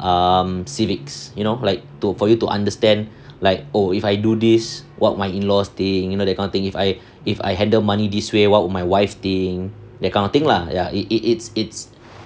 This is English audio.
um civics you know like to for you to understand like oh if I do this what my in-laws think you know that kind of thing if I if I handle money this way what would my wife think that kind of thing lah ya it it it's it's